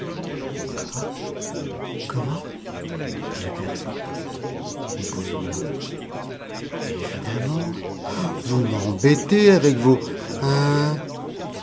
comment comment dit le père soupe il continua évidemment vous m'embêtez avec vos hein